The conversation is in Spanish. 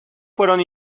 fueron